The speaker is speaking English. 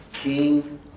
King